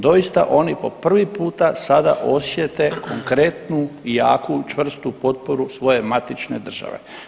Doista oni po prvi puta sada osjete konkretnu i jaku, čvrstu potporu svoje matične države.